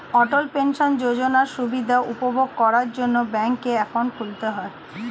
অটল pension যোজনার সুবিধা উপভোগ করার জন্যে ব্যাংকে অ্যাকাউন্ট খুলতে হয়